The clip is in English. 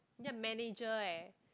you are manager eh